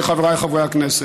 חבריי חברי הכנסת,